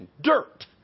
dirt